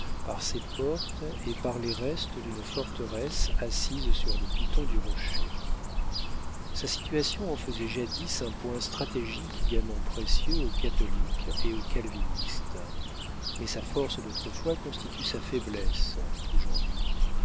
par ses portes et par les restes d'une forteresse assise sur le piton du rocher sa situation en faisait jadis un point stratégique également précieux aux catholiques et aux calvinistes mais sa force d'autrefois constitue sa faiblesse aujourd'hui